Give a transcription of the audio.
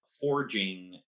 forging